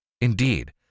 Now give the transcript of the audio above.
Indeed